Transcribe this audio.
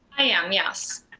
i am, yes.